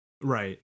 right